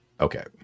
Okay